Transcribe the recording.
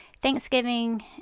thanksgiving